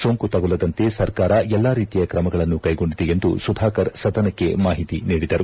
ಸೋಂಕು ತಗುಲದಂತೆ ಸರ್ಕಾರ ಎಲ್ಲಾ ರೀತಿಯ ಕ್ರಮಗಳನ್ನು ಕೈಗೊಂಡಿದೆ ಎಂದು ಸುಧಾಕರ್ ಸದನಕ್ಕೆ ಮಾಹಿತಿ ನೀಡಿದರು